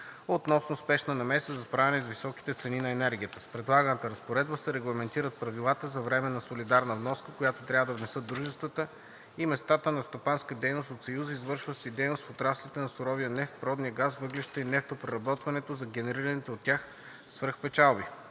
относно спешна намеса за справяне с високите цени на енергията. С предлаганата разпоредба се регламентират правилата за временната солидарна вноска, която трябва да внасят дружествата и местата на стопанска дейност от Съюза, извършващи дейност в отраслите на суровия нефт, природния газ, въглищата и нефтопреработването, за генерираните от тях свръхпечалби.